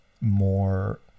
more